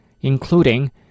including